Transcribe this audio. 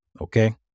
Okay